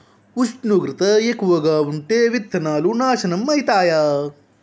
ఉష్ణోగ్రత ఎక్కువగా ఉంటే విత్తనాలు నాశనం ఐతయా?